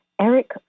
Eric